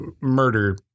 murder